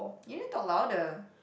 you need talk louder